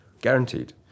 guaranteed